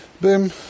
boom